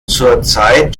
zurzeit